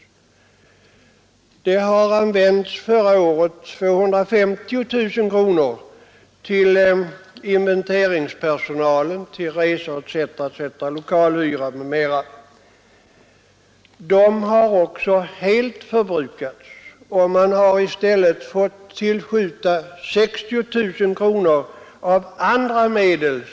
Förra året användes 250 000 kronor till inventeringspersonalen, till resor, lokalhyra etc. Det beloppet har också helt förbrukats, och växtskyddsanstalten har dessutom fått tillskjuta 60 000 kronor av andra medel.